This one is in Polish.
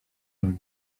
broni